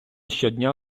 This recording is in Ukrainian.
щодня